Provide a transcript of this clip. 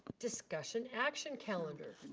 discussion action calendar.